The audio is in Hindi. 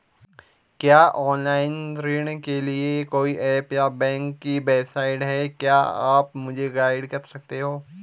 क्या ऑनलाइन ऋण के लिए कोई ऐप या बैंक की वेबसाइट है क्या आप मुझे गाइड कर सकते हैं?